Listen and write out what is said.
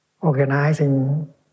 organizing